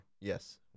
Yes